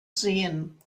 seen